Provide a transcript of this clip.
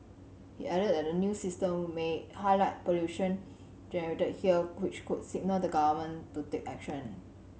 he added that the new system may highlight pollution generated here which could signal the Government to take action